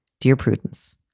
dear prudence.